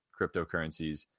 cryptocurrencies